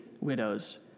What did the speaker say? widows